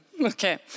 Okay